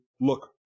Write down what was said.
look